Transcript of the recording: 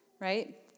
right